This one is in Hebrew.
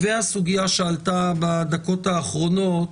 והסוגיה שעלתה בדקות האחרונות,